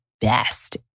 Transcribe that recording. best